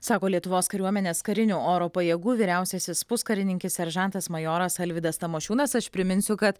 sako lietuvos kariuomenės karinių oro pajėgų vyriausiasis puskarininkis seržantas majoras alvydas tamošiūnas aš priminsiu kad